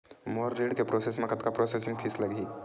मोर ऋण के प्रोसेस म कतका प्रोसेसिंग फीस लगही?